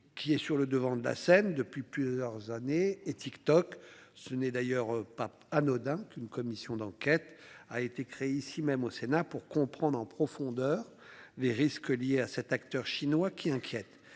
qui est sur le devant de la scène depuis plusieurs années et TikTok. Ce n'est d'ailleurs pas anodin qu'une commission d'enquête a été créé ici même au Sénat pour comprendre en profondeur les risques liés à cet acteur chinois qui inquiète.